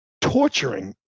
torturing